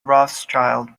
rothschild